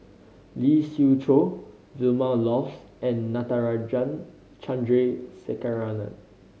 Lee Siew Choh Vilma Laus and Natarajan Chandrasekaran